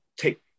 take